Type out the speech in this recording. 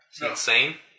Insane